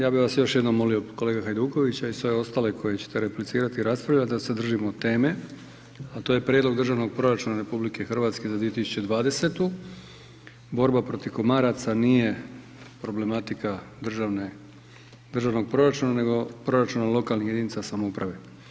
Ja bi vas još jednom molio, kolegu Hajdukovića i sve ostale koji ćete replicirati i raspravljati da se držimo teme a to je Prijedlog državnog proračuna RH za 2020., borba protiv komaraca nije problematika državnog proračuna nego proračun lokalnih jedinica samouprave.